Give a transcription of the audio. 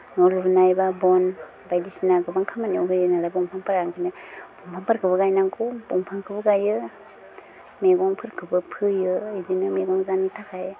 न' लुनाय बा बन बायदिसिना गोबां खामानियाव होयो नालाय दंफांफोरा ओंखायनो दंफांफोरखौबो गायनांगौ दंफांखौबो गायो मेगंफोरखौबो फोयो बिदिनो मेगं जानो थाखाय